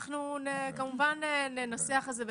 אנחנו כמובן ננסח את זה.